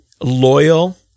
loyal